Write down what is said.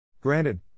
Granted